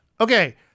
Okay